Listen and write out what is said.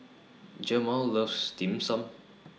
Jemal loves Dim Sum